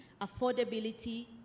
Affordability